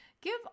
Give